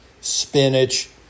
spinach